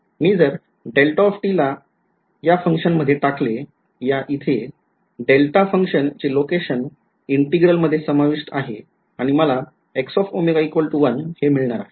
मी जर ला याfunction मध्ये टाकले याइथे डेल्टा function चे लोकेशन integral मध्ये समाविष्ट आहे आणि मला १ हे मिळणार आहे